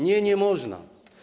Nie, nie można.